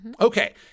Okay